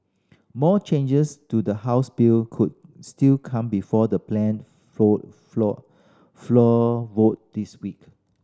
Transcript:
more changes to the House bill could still come before the planned floor floor floor vote this week